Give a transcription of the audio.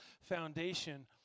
foundation